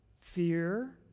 fear